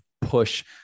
push